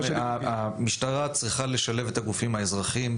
המשטרה צריכה לשלב את הגופים האזרחיים,